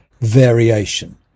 variation